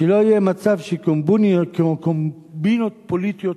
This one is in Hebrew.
שלא יהיה מצב שקומבינות פוליטיות